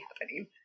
happening